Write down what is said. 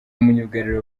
myugariro